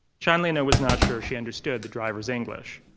chanlina was not sure she understood the driver's english.